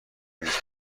نیست